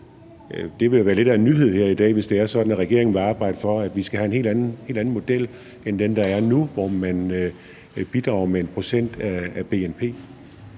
hvis det er sådan, at regeringen vil arbejde for, at vi skal have en helt anden model end den, der er nu, hvor man bidrager med 1 pct. af bnp.